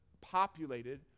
populated